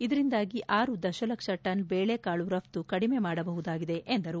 ಇದರಿಂದಾಗಿ ಆರು ದಶಲಕ್ಷ ಟನ್ ದೇಳೆಕಾಳು ರಘ್ತು ಕಡಿಮೆ ಮಾಡಬಹುದಾಗಿದೆ ಎಂದರು